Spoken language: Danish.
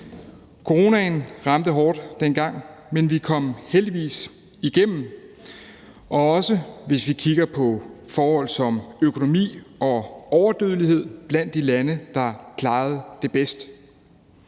Coronaen ramte hårdt dengang, men vi kom heldigvis igennem det og var også, hvis vi kigger på forhold som økonomi og overdødelighed, blandt de lande, der klarede det bedst.